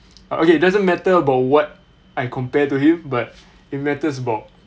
okay it doesn't matter about what I compared to him but it matters about